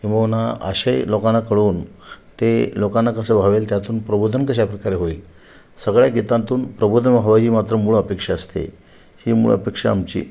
किंबहुना आशय लोकांना कळून ते लोकांना कसं भावेल त्यातून प्रबोधन कशाप्रकारे होईल सगळ्या गीतांतून प्रबोधन व्हावं ही मात्र मूळ अपेक्षा असते ही मूळ अपेक्षा आमची